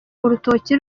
urutoki